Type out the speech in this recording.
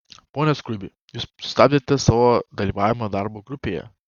pone skruibi jūs sustabdėte savo dalyvavimą darbo grupėje